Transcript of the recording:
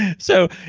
and so,